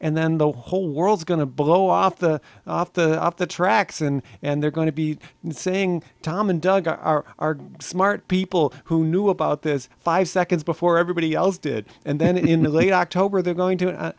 and then the whole world's going to blow off the off the off the tracks and and they're going to be saying tom and doug are smart people who knew about this five seconds before everybody else did and then in the late october they're going to